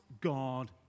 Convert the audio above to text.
God